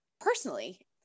personally